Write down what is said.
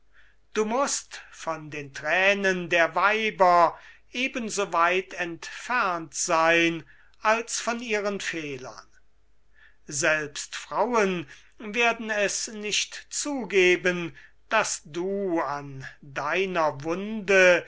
du mußt von den thränen der weiber eben so weit entfernt sein als von ihren fehlern selbst frauen werden es nicht zugeben daß du an deiner wunde